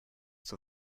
zur